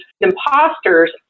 imposters